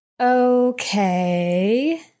okay